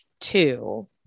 two